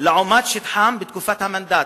לעומת שטחם בתקופת המנדט,